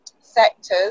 sectors